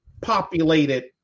populated